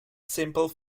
simple